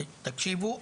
תקשיבו,